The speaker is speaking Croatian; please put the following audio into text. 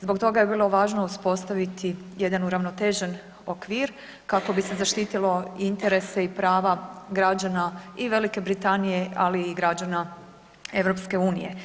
Zbog toga je vrlo važno uspostaviti jedan uravnotežen okvir kako bi se zaštitilo interese i prava građana i Velike Britanije, ali i građana EU.